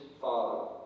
Father